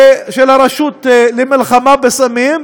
הרשות למלחמה בסמים,